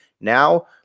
Now